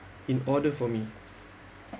in order for me